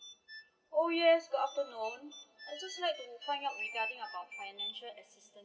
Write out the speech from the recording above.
oh yes good afternnon I just want to find out regarding about financial assistant